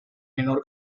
menor